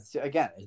again